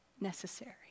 necessary